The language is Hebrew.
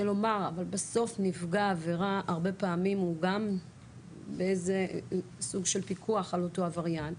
בסוף נפגע העבירה הוא הרבה פעמים סוג של פיקוח על אותו עבריין.